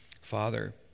Father